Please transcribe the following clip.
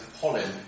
pollen